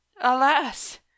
Alas